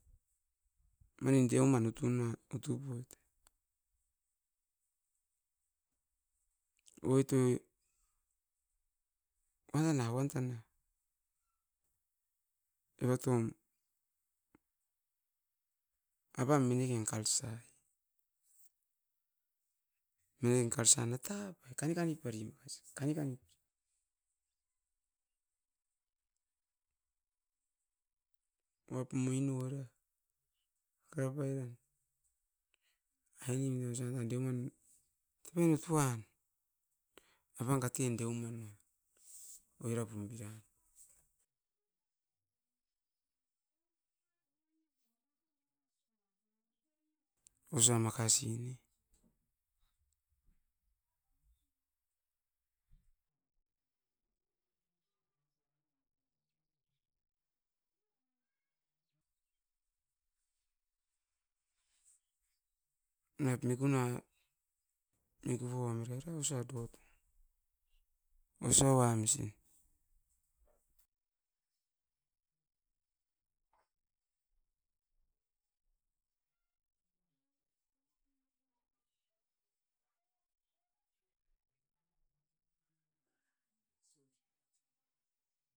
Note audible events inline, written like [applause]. Manin deuman utu nua utu poit, oitioi koanan a uan tana eva toum apam miniken cultsa minen cultsa natap kani kani parinuas, kani kani. Oap moino era kakara pairan animin osa na deoman tapinit uan apan katen deuman nuan oirapum pira. Osa makasi ne, niat mikuna miku pauami oroira osa tuat, osa wamisin. [noise]